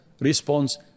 response